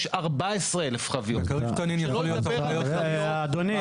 יש 14,000 חביות --- על אסדת כריש תנין יכולות להיות --- אדוני,